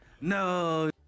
No